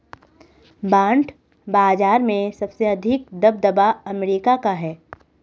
bond बाजार में सबसे अधिक दबदबा अमेरिका का है